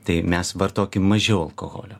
tai mes vartokim mažiau alkoholio